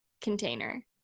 container